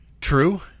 True